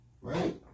Right